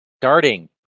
starting